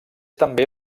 també